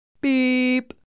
Beep